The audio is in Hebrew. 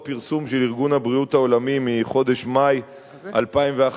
הפרסום של ארגון הבריאות העולמי מחודש מאי 2011,